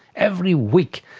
every week.